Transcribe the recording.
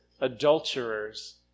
adulterers